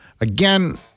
again